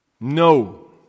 No